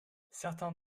certains